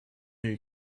who